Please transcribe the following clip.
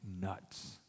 nuts